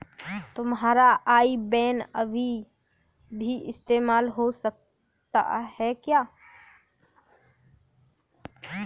तुम्हारा IBAN अभी भी इस्तेमाल हो सकता है क्या?